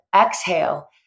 exhale